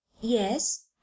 Yes